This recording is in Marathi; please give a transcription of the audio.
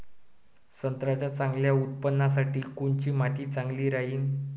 संत्र्याच्या चांगल्या उत्पन्नासाठी कोनची माती चांगली राहिनं?